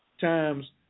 times